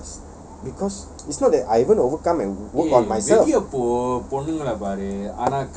I'm not going to trust because it's not that I haven't overcome and work on myself